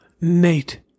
nate